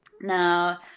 Now